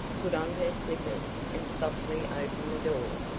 put on her slippers and softly opened the door.